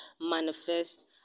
manifest